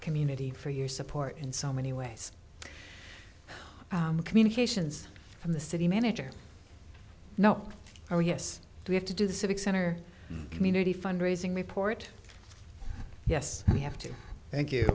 community for your support in so many ways communications from the city manager no oh yes we have to do the civic center community fundraising report yes we have to